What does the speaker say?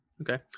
Okay